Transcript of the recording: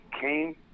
came